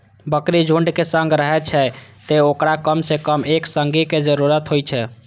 बकरी झुंडक संग रहै छै, तें ओकरा कम सं कम एक संगी के जरूरत होइ छै